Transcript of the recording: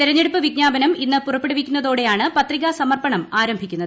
തെരഞ്ഞെടുപ്പ് വിജ്ഞാപനം ഇന്ന് പുറപ്പെടുവിക്കുന്നതോടെയാണ് പത്രികാ സമർപ്പണം ആരംഭിക്കുന്നത്